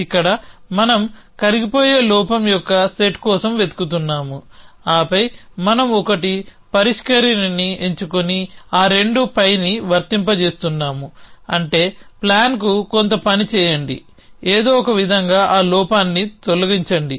ఇక్కడ మనం కరిగిపోయే లోపం యొక్క సెట్ కోసం వెతుకుతున్నాము ఆపై మనం ఒకటి పరిష్కరిణిని ఎంచుకొని ఆ రెండు πని వర్తింపజేస్తున్నాము అంటే ప్లాన్కు కొంత పని చేయండి ఏదో ఒక విధంగా ఆ లోపాన్ని తొలగించండి